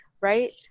right